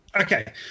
okay